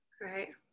right